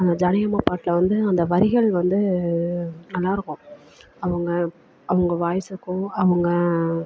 அந்த ஜானகி அம்மா பாட்டில் வந்து அந்த வரிகள் வந்து நல்லாயிருக்கும் அவங்க அவங்க வாயிஸ்ஸுக்கும் அவங்க